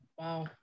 Wow